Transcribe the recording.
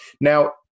Now